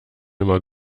immer